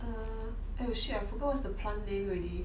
err eh oh shit I forgot what's the plant name already